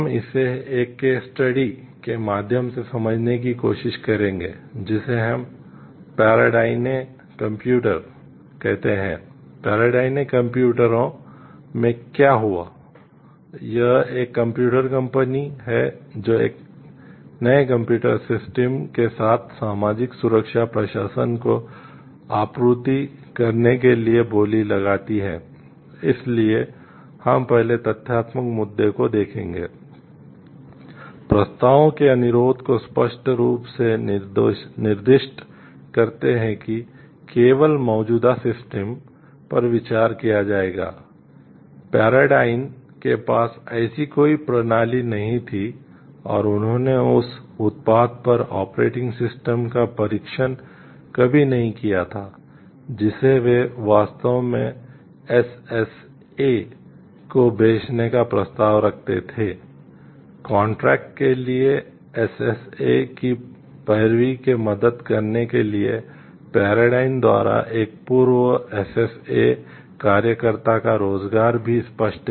हम इसे एक केस स्टडी कार्यकर्ता का रोजगार भी स्पष्ट है